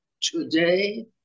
today